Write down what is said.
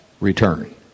return